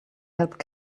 helped